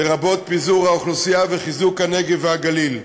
לרבות פיזור האוכלוסייה וחיזוק הנגב והגליל.